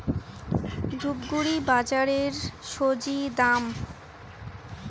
ধূপগুড়ি বাজারের স্বজি দাম?